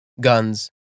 Guns